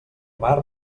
mar